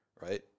right